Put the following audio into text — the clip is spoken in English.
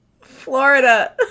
Florida